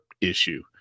issue